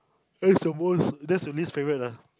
that is your most that's your least favourite ah